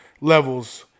levels